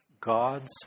God's